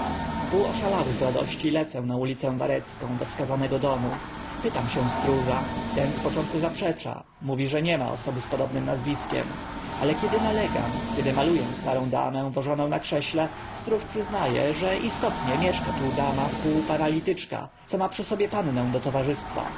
wpół oszalały z radości lecę na ulicę warecką do wskazanego domu pytam się stróża ten z początku zaprzecza mówi że nie ma osoby z podobnym nazwiskiem ale kiedy nalegam kiedy malu ę starą damę wożoną na krześle stróż przyzna e że istotnie mieszka tu dama wpół paralityczka co ma przy sobie pannę do towarzystwa